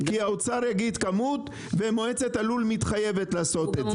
כי האוצר יגיד כמות ומועצת הלול מתחייבת לעשות את זה.